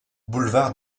boulevard